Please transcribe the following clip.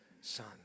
son